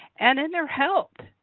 and in their health.